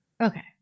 okay